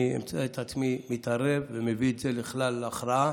אני אמצא את עצמי מתערב ומביא את זה לכלל הכרעה.